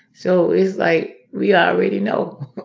so it's like we already know.